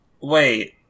wait